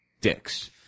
dicks